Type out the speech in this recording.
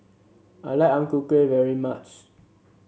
I like Ang Ku Kueh very much